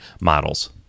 models